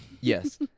Yes